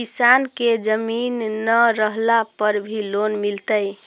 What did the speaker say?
किसान के जमीन न रहला पर भी लोन मिलतइ?